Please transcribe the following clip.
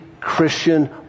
Christian